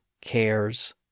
cares